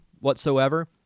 whatsoever